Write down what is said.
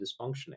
dysfunctioning